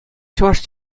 чӑваш